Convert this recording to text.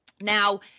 Now